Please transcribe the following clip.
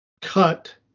cut